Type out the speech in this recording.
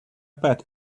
bet